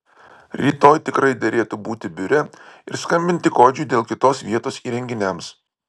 rytoj tikrai derėtų būti biure ir skambinti kodžiui dėl kitos vietos įrenginiams